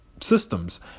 systems